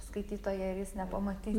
skaitytoją ir jis nepamatys